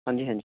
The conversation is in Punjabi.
ਹਾਂਜੀ ਹਾਂਜੀ